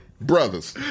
Brothers